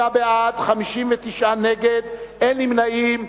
ובכן, 25 בעד, 59 נגד, אין נמנעים.